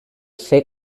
ser